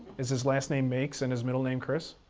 is his last name makes and his middle name chris?